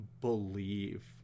believe